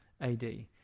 AD